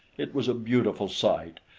it was a beautiful sight.